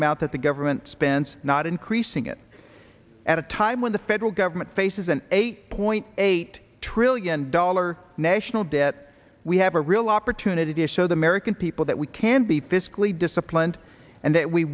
amount that the government spends not increasing it at a time when the federal government faces an eight point eight trillion dollar national debt we have a real opportunity to show the american people that we can be fiscally disciplined and that we